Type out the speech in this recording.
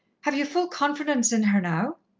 have you full confidence in her, now?